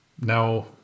now